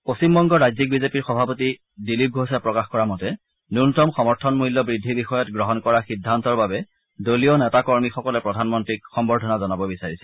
পশ্চিমবংগৰ বিজেপি সভাপতি দীলিপ ঘোষে প্ৰকাশ কৰা মতে নূন্যতম সমৰ্থন মূল্য বৃদ্ধি বিষয়ত গ্ৰহণ কৰা সিদ্ধান্তৰ বাবে দলীয় কৰ্মকৰ্তাসকলে প্ৰধানমন্ত্ৰীক সম্বৰ্ধনা জনাব বিচাৰিছে